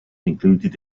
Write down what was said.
included